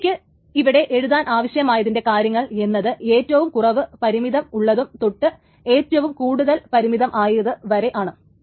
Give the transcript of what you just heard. എനിക്ക് ഇവിടെ എഴുതാൻ ആവശ്യമായതിൻറെ കാരണങ്ങൾ എന്നത് ഏറ്റവും കുറവ് പരിമിതം ഉള്ളതു തൊട്ട് ഏറ്റവും കൂടുതൽ പരിമിതമായത് വരെ ആണ്